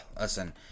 listen